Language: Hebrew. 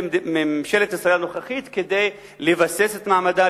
ממשלת ישראל הנוכחית כדי לבסס את מעמדה,